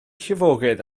llifogydd